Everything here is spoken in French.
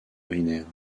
urinaires